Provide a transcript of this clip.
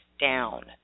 down